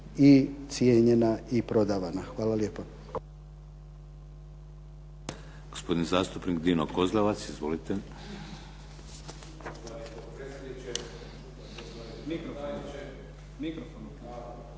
i cijenjena i prodavana. Hvala lijepa.